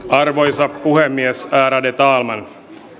arvoisa puhemies ärade talman